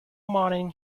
morning